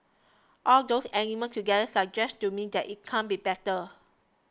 all those elements together suggest to me that it can't be better